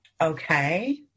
Okay